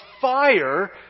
fire